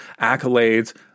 accolades